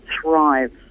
thrive